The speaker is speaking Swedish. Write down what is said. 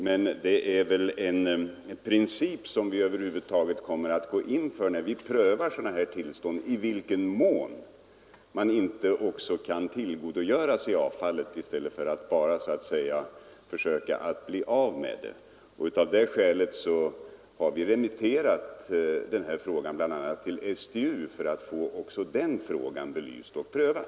Men när vi prövar sådana här tillstånd kommer vi att ha som princip att också undersöka i vilken mån man kan tillgodogöra sig avfallet och inte bara försöka bli av med det. Av det skälet har vi remitterat det här ärendet till bl.a. STU för att få också den frågan belyst och prövad.